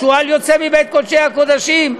שועל יוצא מבית קודשי הקודשים,